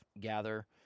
gather